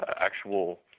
actual